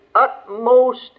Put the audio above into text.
utmost